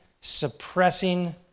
suppressing